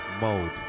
Mode